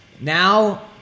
Now